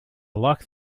like